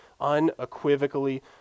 unequivocally